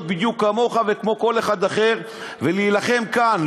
בדיוק כמוך וכמו כל אחד אחר ולהילחם כאן,